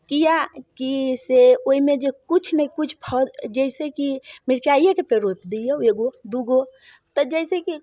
कियाकि से ओहिमे जे किछु ने किछु फल जैसेकि मिरचाइएके पेड़ रोपि दियौ एगो दूगो तऽ जैसेकि